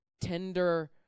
tender